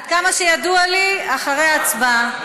עד כמה שידוע לי, אחרי ההצבעה.